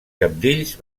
cabdills